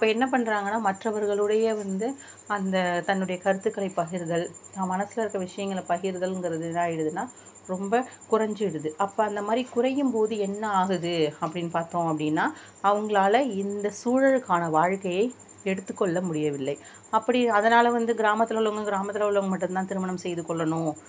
அப்போ என்ன பண்ணுறாங்கன்னா மற்றவர்களுடைய வந்து அந்த தன்னுடைய கருத்துக்களை பகிர்தல் தான் மனசில் இருக்க விஷயங்களை பகிர்தலுங்கிறது என்னாகிடுதுன்னா ரொம்ப குறைஞ்சிடுது அப்போ அந்த மாதிரி குறையும் போது என்ன ஆகுது அப்படின்னு பார்த்தோம் அப்படின்னா அவங்களால இந்த சூழலுக்கான வாழ்க்கையை எடுத்துக்கொள்ள முடியவில்லை அப்படி அதனால் வந்து கிராமத்தில் உள்ளவங்க கிராமத்தில் உள்ளவங்க மட்டும்தான் திருமணம் செய்து கொள்ளணும்